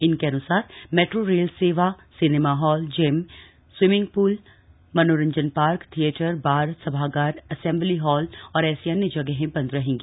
इनके अन्सार metro rail सेवा cinema hall gym swimming pool मनोरंजन पार्क थिएटर बार सभागार असेम्बली हॉल और ऐसी अन्य जगहें बंद रहेंगी